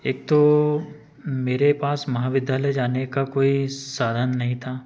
एक तो मेरे पास महाविद्यालय जाने का कोई साधन नहीं था